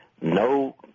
no